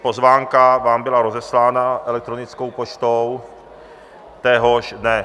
Pozvánka vám byla rozeslána elektronickou poštou téhož dne.